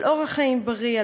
על אורח חיים בריא,